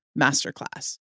Masterclass